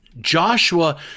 Joshua